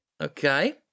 Okay